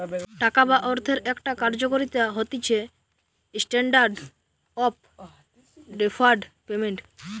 টাকা বা অর্থের একটা কার্যকারিতা হতিছেস্ট্যান্ডার্ড অফ ডেফার্ড পেমেন্ট